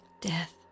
Death